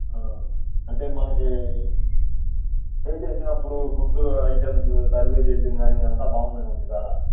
అంటే మనకి స్టే చేసినప్పుడు ఫుడ్డు ఐటమ్స్ సర్వ్ చెయ్యడం కానీ అంత బాగానే ఉంటుందా అక్కడ